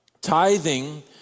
tithing